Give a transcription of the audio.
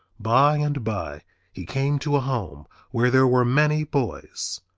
by and by he came to a home where there were many boys.